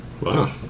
Wow